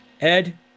Ed